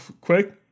quick